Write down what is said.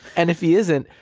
and if he isn't,